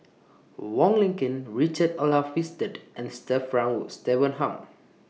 Wong Lin Ken Richard Olaf Winstedt and Sir Frank Wood Swettenham